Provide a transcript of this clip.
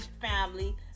family